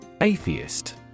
Atheist